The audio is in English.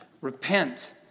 Repent